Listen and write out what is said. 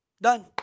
done